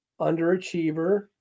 underachiever